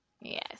Yes